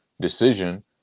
decision